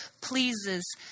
pleases